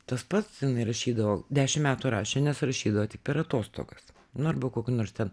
tas pats jinai rašydavo dešim metų rašė nes rašydavo tik per atostogas nu arba kokiu nors ten